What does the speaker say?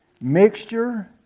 mixture